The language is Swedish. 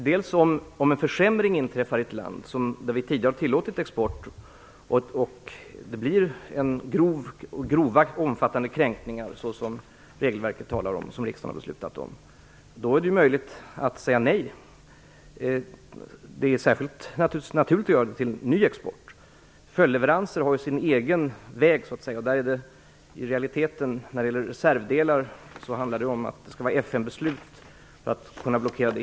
Herr talman! Om en försämring inträffar i ett land dit vi tidigare har tillåtit export och det är fråga om grova och omfattande kränkningar, såsom det anges i det regelverk som riksdagen har beslutat om, då är det möjligt att säga nej. Det är ju möjligt och naturligt att säga nej till ny export. Följdleveranser har så att säga sin egen väg. När det gäller reservdelar måste det föreligga ett FN-beslut för att den exporten helt skall kunna blockeras.